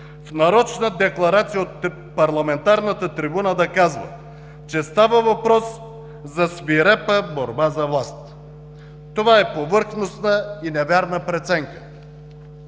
в нарочна декларация от парламентарната трибуна да казва, че става въпрос за свирепа борба за власт. Това е повърхностна и невярна преценка.